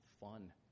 fun